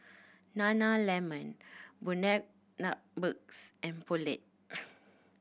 Nana Lemon Bundaberg and Poulet